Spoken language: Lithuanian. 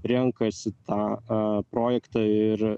renkasi tą a projektą ir